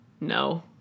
no